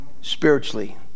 spiritually